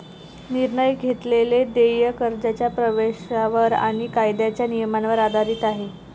निर्णय घेतलेले देय कर्जाच्या प्रवेशावर आणि कायद्याच्या नियमांवर आधारित आहे